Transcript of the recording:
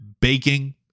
baking